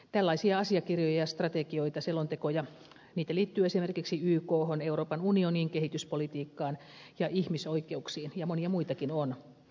tällaisia asiakirjoja ja strategioita selontekoja liittyy esimerkiksi ykhon euroopan unioniin kehityspolitiikkaan ja ihmisoikeuksiin ja monia muitakin on